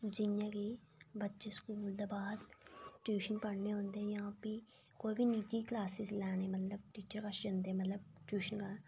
जि'यां कि बच्चे स्कूल दे बाद ट्यूशन पढ़ने ई औंदे जां भी कोई बी निजी क्लॉस लैने ई टीचर कोल जंदे ट्यूशन